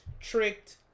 tricked